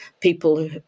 People